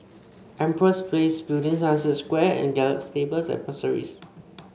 Empress Place Building Sunset Square and Gallop Stables at Pasir Ris